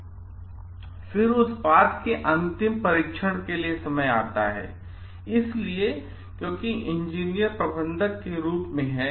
फिर उत्पाद के अंतिम परीक्षण के लिए समय आता हैइसलिए क्योंकि इंजीनियर प्रबंधक के रूप में है